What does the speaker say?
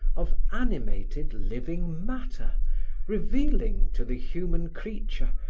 of animated living matter revealing, to the human creature,